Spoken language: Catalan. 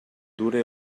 dure